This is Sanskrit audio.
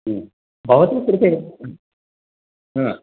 ह्म् भवतः कृते ह्म्